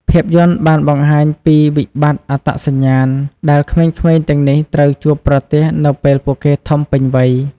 ភាពយន្តបានបង្ហាញពីវិបត្តិអត្តសញ្ញាណដែលក្មេងៗទាំងនេះត្រូវជួបប្រទះនៅពេលពួកគេធំពេញវ័យ។